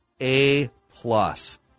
A-plus